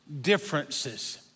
differences